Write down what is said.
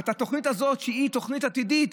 את התוכנית הזאת, שהיא תוכנית עתידית,